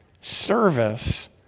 service